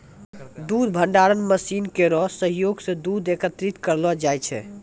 दूध भंडारण मसीन केरो सहयोग सें दूध एकत्रित करलो जाय छै